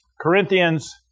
Corinthians